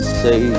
say